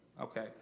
Okay